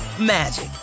magic